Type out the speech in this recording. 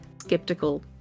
skeptical